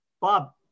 bob